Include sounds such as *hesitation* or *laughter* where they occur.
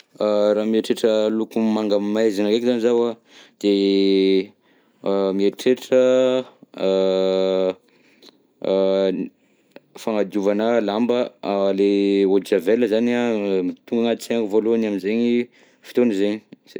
*hesitation* Raha mieritreritra loko manga maizina ndreky zany zao an, de mieritreritra *hesitation* fagnadiovana lamba le eau de javel zany an no tonga anaty saignako voalohany am'zegny fotoana zegny.